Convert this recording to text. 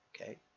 okay